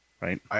right